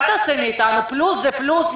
אל תעשה מאיתנו פלוס זה פלוס,